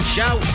Show